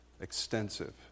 extensive